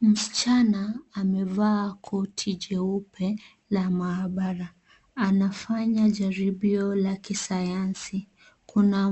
Msichana amevaa koti jeupe la maabara anafanya jaribio la kisayansi. Kuna